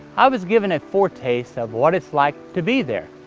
i was given a foretaste of what it's like to be there.